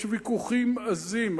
יש ויכוחים עזים,